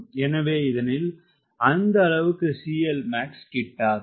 எனவே இதனில் அந்தளவுக்கு CLmax கிட்டாது